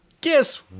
Guess